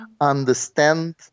understand